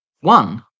One